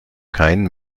kein